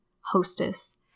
hostess